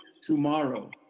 tomorrow